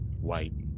white